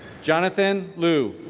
jonathan lu